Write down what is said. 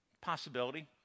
Possibility